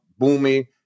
boomy